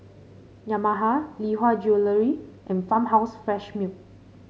Yamaha Lee Hwa Jewellery and Farmhouse Fresh Milk